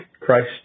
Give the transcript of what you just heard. Christ